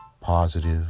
positive